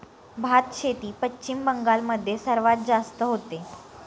भातशेती पश्चिम बंगाल मध्ये सर्वात जास्त होते